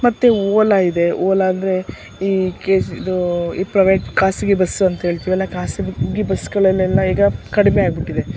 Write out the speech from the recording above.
ಮತ್ತೆ ಓಲಾ ಇದೆ ಓಲಾ ಅಂದರೆ ಈಕೆಸ್ ಇದು ಈ ಪ್ರೈವೇಟ್ ಖಾಸಗಿ ಬಸ್ಸು ಅಂಥೇಳ್ತೀವಲ್ಲ ಖಾಸಗಿ ಬಸ್ಗಳಲ್ಲೆಲ್ಲ ಈಗ ಕಡಿಮೆಯಾಗ್ಬಿಟ್ಟಿದೆ